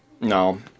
No